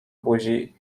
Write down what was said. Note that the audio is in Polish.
buzi